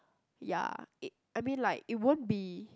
ya it I mean like it won't be